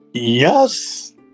Yes